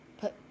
put